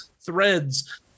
Threads